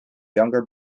younger